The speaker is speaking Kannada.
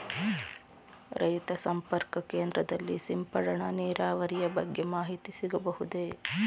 ರೈತ ಸಂಪರ್ಕ ಕೇಂದ್ರದಲ್ಲಿ ಸಿಂಪಡಣಾ ನೀರಾವರಿಯ ಬಗ್ಗೆ ಮಾಹಿತಿ ಸಿಗಬಹುದೇ?